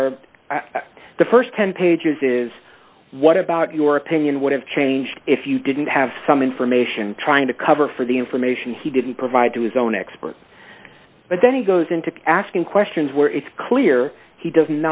they're the st ten pages is what about your opinion would have changed if you didn't have some information trying to cover for the information he didn't provide to his own experts but then he goes into asking questions where it's clear he does